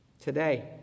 Today